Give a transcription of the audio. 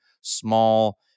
small